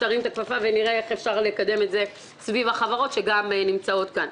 שתרים את הכפפה ונראה איך אפשר לקדם את זה סביב החברות שנמצאות כאן.